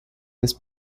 this